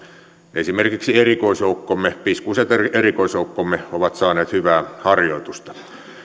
esimerkiksi erikoisjoukkomme piskuiset erikoisjoukkomme ovat saaneet hyvää harjoitusta